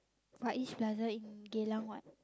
Far-East-Plaza in Geylang what